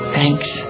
Thanks